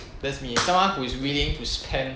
that's me someone who is willing to spend